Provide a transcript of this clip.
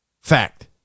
Fact